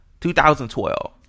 2012